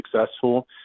successful